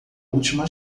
última